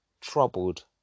troubled